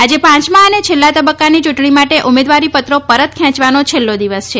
આજે પાંચમા અને છેલ્લા તબક્કાની ચૂંટણી માટે ઉમેદવારીપત્રો પરત ખેંચવાનો છેલ્લો દિવસ છે